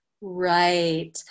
Right